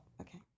Okay